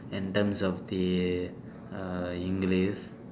in terms of the uh english